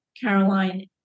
Caroline